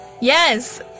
Yes